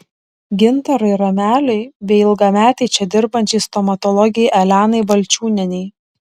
gintarui rameliui bei ilgametei čia dirbančiai stomatologei elenai balčiūnienei